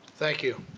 thank you,